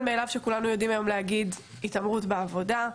מאליו שכולנו יודעים היום להגיד "התעמרות בעבודה".